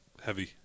Heavy